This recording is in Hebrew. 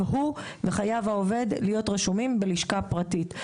הוא והעובד חייבים להיות רשומים אחת